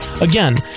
Again